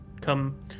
come